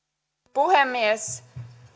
puhemies